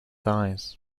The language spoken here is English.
eyes